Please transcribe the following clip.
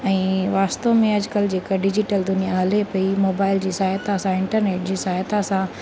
ऐं वास्तव में अॼुकल्ह जेका डिजिटल दुनिया हले पेई मोबाइल जी सहायता सां इंटरनेट जी सहायता सां